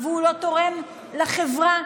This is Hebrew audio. והוא לא תורם לחברה.